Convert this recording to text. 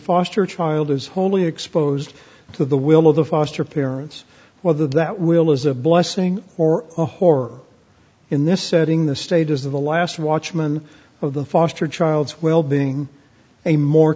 foster child is wholly exposed to the will of the foster parents whether that will is a blessing or a whore in this setting the stage is the last watchman of the foster child's well being a more